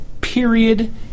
Period